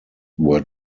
were